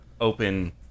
open